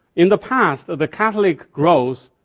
in the past, the catholic growth,